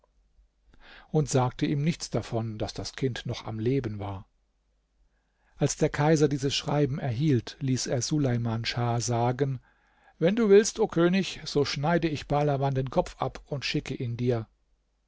und sagte ihm nichts davon daß das kind noch am leben war als der kaiser dieses schreiben erhielt ließ er suleiman schah sagen wenn du willst o könig so schneide ich bahlawan den kopf ab und schicke ihn dir